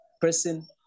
person